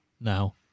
now